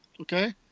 Okay